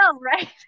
Right